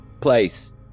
Place